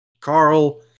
Carl